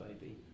baby